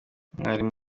umwarimu